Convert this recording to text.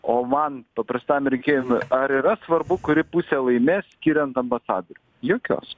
o man paprastam rinkėjui ar yra svarbu kuri pusė laimės skiriant ambasadorių jokios